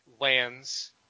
lands